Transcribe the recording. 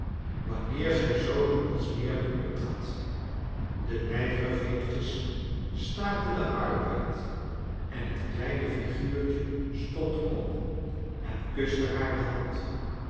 wanneer zij zoo als meermin optrad de nijvere vingertjes staakten den arbeid en het kleine figuurtje stond op en kuste haar de hand